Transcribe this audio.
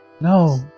No